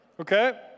Okay